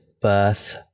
birth